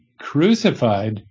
crucified